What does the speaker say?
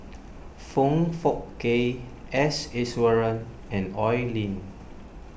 Foong Fook Kay S Iswaran and Oi Lin